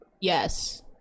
yes